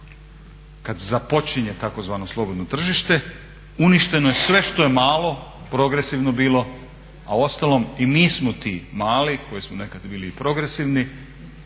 kada započinje tzv. slobodno tržište uništeno je sve što je malo, progresivno bilo, a uostalom i mi smo ti mali koji smo nekad bili progresivno.